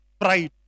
pride